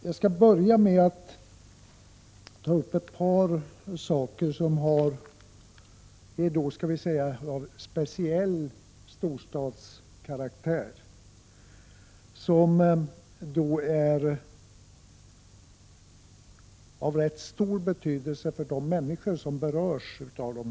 Jag skall börja med att ta upp ett par saker av speciell storstadskaraktär, som är av ganska stor betydelse för de människor som berörs av dem.